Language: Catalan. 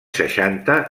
seixanta